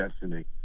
destiny